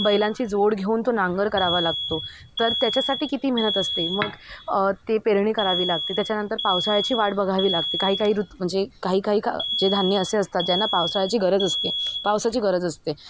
बैलांची जोड घेऊन तो नांगर करावा लागतो तर त्याच्यासाठी किती मेहनत असते मग ते पेरणी करावी लागते त्याच्यानंतर पावसाळ्याची वाट बघावी लागते काही काही ऋतू म्हंजे काही काही का जे धान्य असे असतात ज्यांना पावसाळ्याची गरज असते पावसाची गरज असते